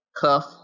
cuff